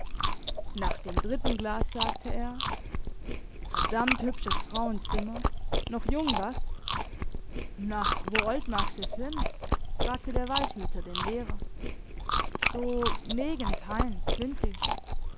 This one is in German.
nach dem dritten glas sagte er verdammt hübsches frauenzimmer noch jung was na wo olt mag se sin fragte der waldhüter den lehrer so negentein twintig